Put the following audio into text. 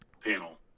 panel